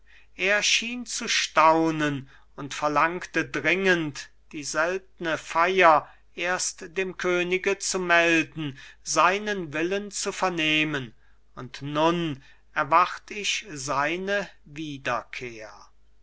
er schien zu staunen und verlangte dringend die seltne feier erst dem könige zu melden seinen willen zu vernehmen und nun erwart ich seine wiederkehr